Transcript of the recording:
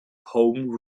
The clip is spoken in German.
home